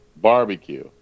barbecue